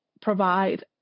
provide